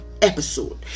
episode